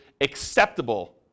acceptable